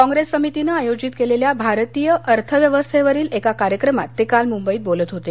कॉप्रेस समितीनं आयोजित केलेल्या भारतीय अर्थव्यवस्थेवरील एका कार्यक्रमात ते काल मुंबईत बोलत होते